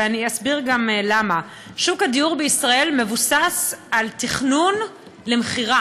ואני אסביר גם למה: שוק הדיור בישראל מבוסס על תכנון למכירה.